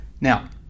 Now